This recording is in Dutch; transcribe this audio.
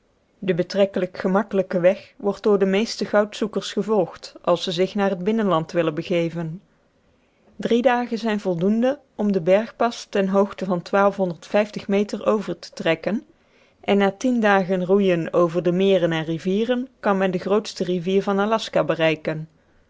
de betrekkelijk gemakkelijke weg wordt door de meeste goudzoekers gevolgd als ze zich naar het binnenland willen begeven drie dagen zijn voldoende om den bergpas ter hoogte van meter over te trekken en na tien dagen roeiens over de meren en rivieren kan men de grootste rivier van aljaska bereiken